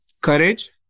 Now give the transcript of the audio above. courage